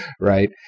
right